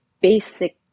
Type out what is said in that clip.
basic